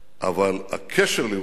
אבל הקשר לירושלים